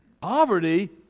Poverty